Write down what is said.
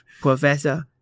Professor